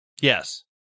Yes